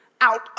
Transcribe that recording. out